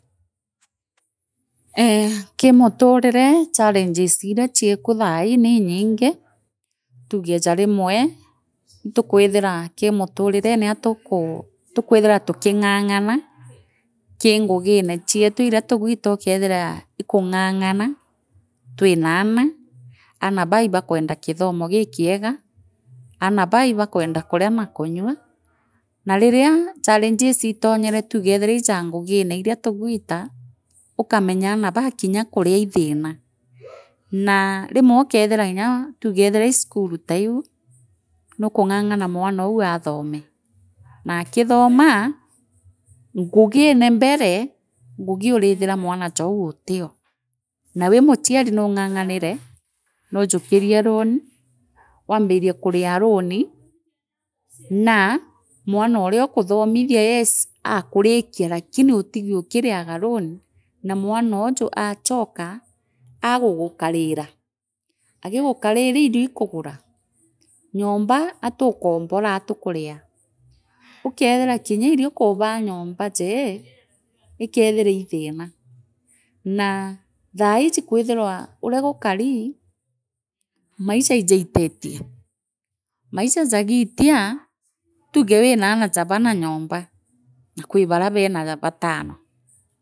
Eee kii muturire challenges iria chiku thaii nuryingi tuuge ja rimwe tukwithira kii mutarire atuku tukwithira tuking’ang’ana kii ngugina chietu iria tugwita ukathirira ikung’ang’ana twinaana aana baa ibakwenda kithomo gikinga aana baa ibakwenda kana na kanyua na ririra challenges itwonyene tugoothera ija ngugine iria tugwitaa ukamonyaara baa kirya. Kuaria ii thira naa rimwe ukathira nyaa tuuge ii cukuru taiu nukung’ang’ana mwarou aathome naakithoomaa ngugine mbere ngugi urithire mwanajou utiyo naa wii muchiari nuung’ang’anire nujukiru loan waambine kuria loan naa mwanaoria ukuthomitwa yes akurikia lakini utigi ukiriaga loan naa mwanooju aachoka aagugukariira agigukarira irio ii kugura nyoomba aatukombora atukurio ukaathira kirya irio kubaa nyomba jee ikeethira ii thina naa thaiji kwithirwa uria gukari Maisha ijaititie maisa jagutia tugo wiina ana ja bana nyomba na kwi baria beera bataro.